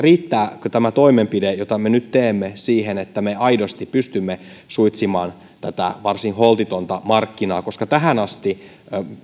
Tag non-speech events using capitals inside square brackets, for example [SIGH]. [UNINTELLIGIBLE] riittääkö tämä toimenpide jota me nyt teemme siihen että me aidosti pystymme suitsimaan tätä varsin holtitonta markkinaa koska tähän asti